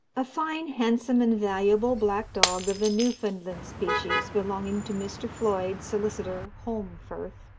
a fine, handsome, and valuable black dog of the newfoundland species, belonging to mr. floyd, solicitor, holmfirth,